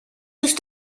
used